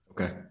okay